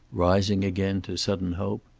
rising again to sudden hope.